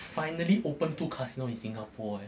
finally open two casinos in singapore